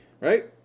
right